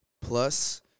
Plus